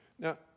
Now